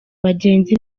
bagenzi